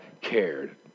cared